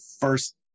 first